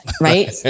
right